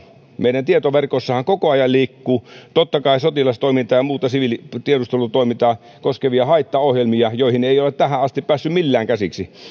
meidän tietoverkoissammehan totta kai koko ajan liikkuu sotilastoimintaa ja muuta siviilitiedustelutoimintaa koskevia haittaohjelmia joihin ei ole tähän asti päässyt millään käsiksi